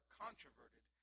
controverted